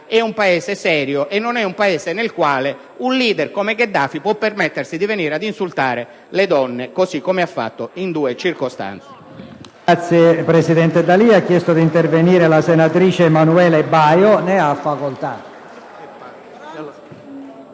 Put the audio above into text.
è un Paese serio e non un Paese nel quale un leader come Gheddafi può permettersi di venire ad insultare le donne, così come ha fatto in due circostanze.